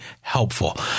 helpful